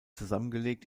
zusammengelegt